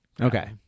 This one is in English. Okay